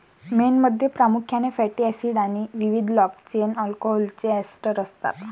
मेणमध्ये प्रामुख्याने fatty acids आणि विविध लाँग चेन अल्कोहोलचे एस्टर असतात